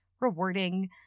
rewarding